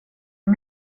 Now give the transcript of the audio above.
för